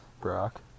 Brock